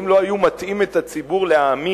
שאם לא היו מטעים את הציבור להאמין